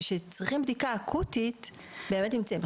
שצריכים בדיקה אקוטית באמת נמצאים.